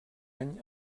any